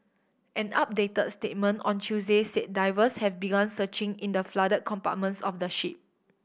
an updated statement on Tuesday said divers have begun searching in the flooded compartments of the ship